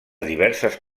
diverses